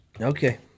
Okay